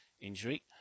injury